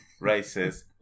races